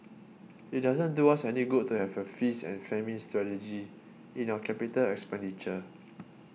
it doesn't do us any good to have a feast and famine strategy in our capital expenditure